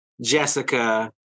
Jessica